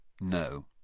no